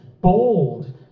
bold